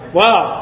wow